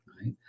right